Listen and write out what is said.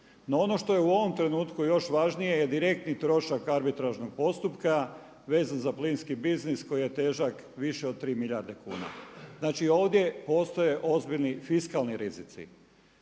No ono što je u ovom trenutku još važnije je direktni trošak arbitražnog postupka vezan za plinski biznis koji je težak više od 3 milijarde kuna. Znači ovdje postoje ozbiljni fiskalni rizici.